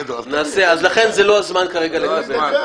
אז לכן זה לא הזמן כרגע לקבל.